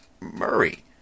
Murray